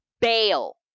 Bail